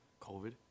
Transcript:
COVID